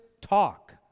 talk